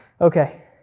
Okay